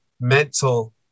mental